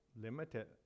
limited